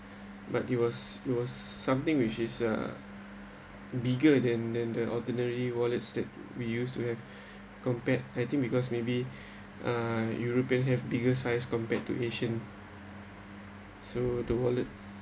but it was it was something which is uh bigger than than the ordinary wallet that we used to have compared I think because maybe uh european have bigger size compared to asian so the wallet